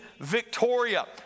Victoria